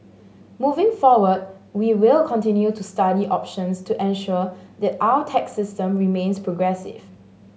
moving forward we will continue to study options to ensure that our tax system remains progressive